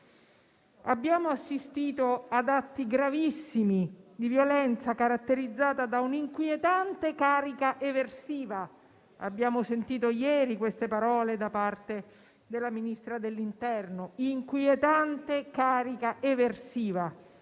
Abbiamo assistito ad atti gravissimi di violenza, caratterizzati da un'inquietante carica eversiva. Abbiamo sentito ieri le parole da parte della Ministra dell'interno: «inquietante carica eversiva»,